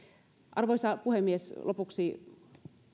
arvoisa puhemies lopuksi